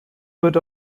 wird